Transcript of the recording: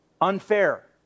unfair